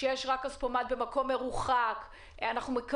שיש כספומט רק במקום רחוק,